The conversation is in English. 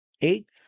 eight